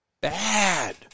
Bad